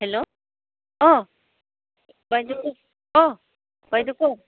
hello অঁ বাইদেউ অঁ বাইদেউ কওক